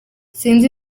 sinzi